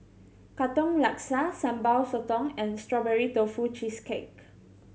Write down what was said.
Katong Laksa Sambal Sotong and Strawberry Tofu Cheesecake